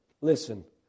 Listen